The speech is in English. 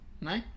No